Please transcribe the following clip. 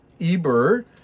Eber